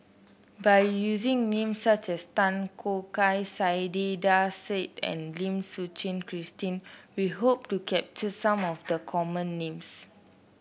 by using names such as Tan Choo Kai Saiedah Said and Lim Suchen Christine we hope to capture some of the common names